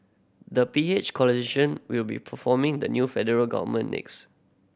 the P H coalition will be forming the new federal government next